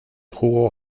jugo